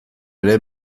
ere